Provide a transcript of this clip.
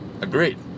Agreed